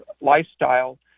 lifestyle